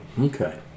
Okay